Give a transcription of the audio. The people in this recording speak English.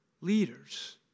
leaders